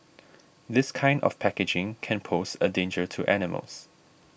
this kind of packaging can pose a danger to animals